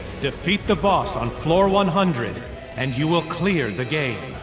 defeat the boss on floor one hundred and you will clear the game.